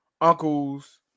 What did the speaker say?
uncles